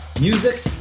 music